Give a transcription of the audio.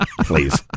Please